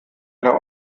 der